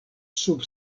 sub